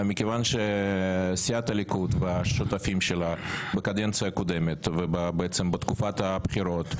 סיעת הליכוד והשותפים שלה בקדנציה הקודמת ובתקופת הבחירות,